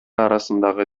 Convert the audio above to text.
арасындагы